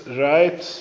right